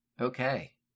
Okay